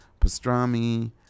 pastrami